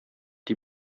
die